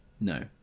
No